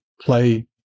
play